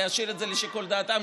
להשאיר את זה לשיקול דעתם,